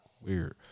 weird